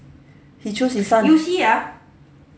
he chose his son